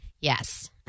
Yes